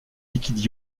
liquides